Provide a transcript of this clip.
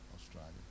Australia